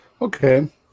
Okay